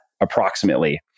approximately